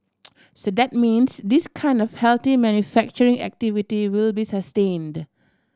so that means this kind of healthy manufacturing activity will be sustained